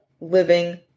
living